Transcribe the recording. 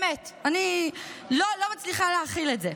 באמת, אני לא מצליחה להכיל את זה.